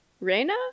Reina